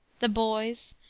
the boys,